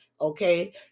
okay